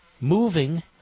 moving